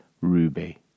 ruby